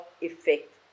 effect